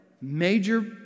Major